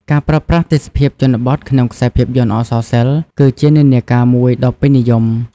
ការប្រើប្រាស់ទេសភាពជនបទក្នុងខ្សែភាពយន្តអក្សរសិល្ប៍ គឺជានិន្នាការមួយដ៏ពេញនិយម។